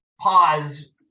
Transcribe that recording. Pause